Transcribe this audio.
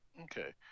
Okay